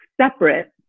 separate